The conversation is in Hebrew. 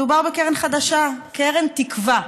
מדובר בקרן חדשה, קרן תקווה,